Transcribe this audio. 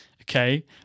okay